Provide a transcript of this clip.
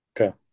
Okay